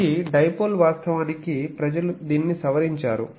ఇది డైపోల్ వాస్తవానికి ప్రజలు దీనిని సవరించారు